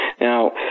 Now